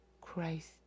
Christ